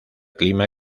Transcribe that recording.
clima